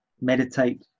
meditate